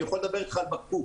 אני יכול לדבר איתך על בקבוק.